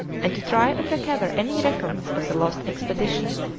and to try and recover any records of the lost expedition.